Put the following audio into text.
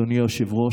אדוני היושב-ראש,